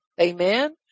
Amen